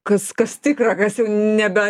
kas kas tikra kas jau nebe